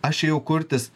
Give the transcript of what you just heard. aš ėjau kurtis